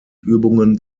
übungen